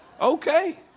Okay